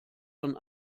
von